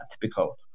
typical